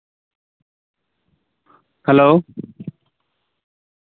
hello